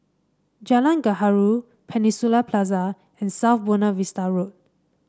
Jalan Gaharu Peninsula Plaza and South Buona Vista Road